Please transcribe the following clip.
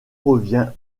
revient